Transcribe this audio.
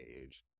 age